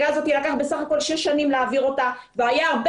לקח שש שנים להעביר את החקיקה הזאת והיו מאחוריה הרבה